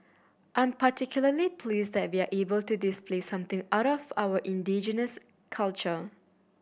I'm particularly pleased that we're able to display something out of our indigenous culture